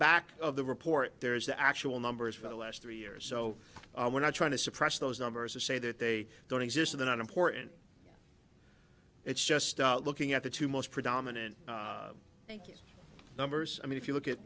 back of the report there's the actual numbers for the last three years so we're not trying to suppress those numbers to say that they don't exist in an important it's just start looking at the two most predominant thank you numbers i mean if you look at